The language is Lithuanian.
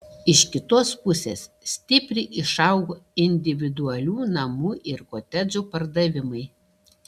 iš kitos pusės stipriai išaugo individualių namų ir kotedžų pardavimai